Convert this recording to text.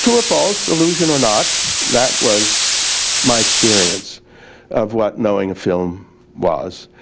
true or false, illusion or not, that was my experience of what knowing a film was.